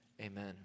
amen